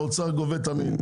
האוצר גובה תמיד.